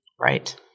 Right